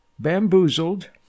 Bamboozled